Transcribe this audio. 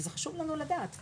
כי חשוב לנו לדעת זאת,